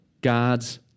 God's